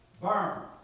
burns